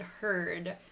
heard